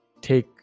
take